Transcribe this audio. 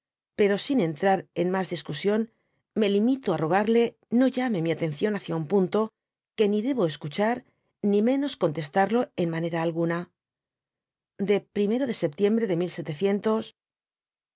pero sin entrar en mas discusión me limito á rogarle no llame mi atención hacia un punto que ni debo escuchar ni menos contestarlo en manera alguna de i de septiembre de